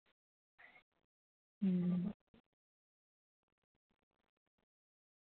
अं